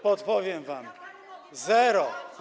Podpowiem wam: zero.